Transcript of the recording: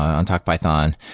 on talk python,